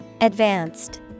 Advanced